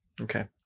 okay